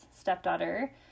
stepdaughter